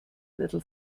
little